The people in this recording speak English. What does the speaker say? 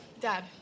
Dad